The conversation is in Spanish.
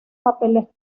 papeles